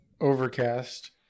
overcast